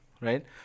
right